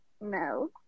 no